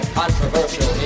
controversial